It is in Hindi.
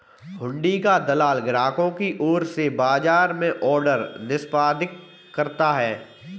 हुंडी का दलाल ग्राहकों की ओर से बाजार में ऑर्डर निष्पादित करता है